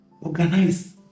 Organize